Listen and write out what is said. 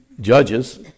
Judges